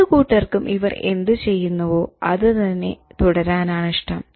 രണ്ട് കൂട്ടർക്കും അവർ എന്ത് ചെയ്യുന്നുവോ അത് തന്നെ തുടരാനാണ് ഇഷ്ടം